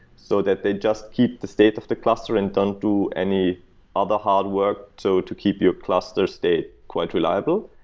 so that they just keep the state of the cluster and don't do any other hard work so to keep your cluster state quite reliable.